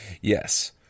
Yes